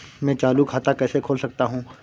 मैं चालू खाता कैसे खोल सकता हूँ?